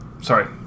sorry